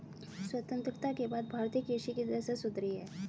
स्वतंत्रता के बाद भारतीय कृषि की दशा सुधरी है